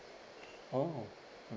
orh